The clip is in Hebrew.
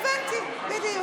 אה, הוא בנגב, הבנתי, בדיוק.